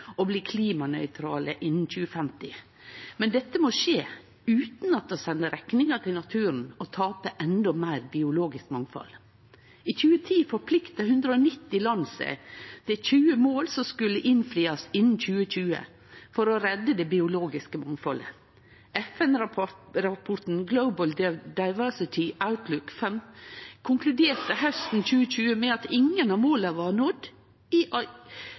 bli klimanøytrale innan 2050, men dette må skje utan at vi sender rekninga til naturen og taper endå meir biologisk mangfald. I 2010 forplikta 190 land seg til 20 mål som skulle innfriast innan 2020, for å redde det biologiske mangfaldet. FN-rapporten Global Biodiversity Outlook 5 konkluderte hausten 2020 med at ingen av måla var nådd frå møtet i